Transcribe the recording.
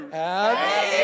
happy